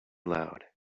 loud